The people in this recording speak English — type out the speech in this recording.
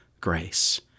grace